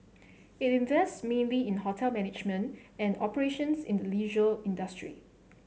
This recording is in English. it invests mainly in hotel management and operations in the leisure industry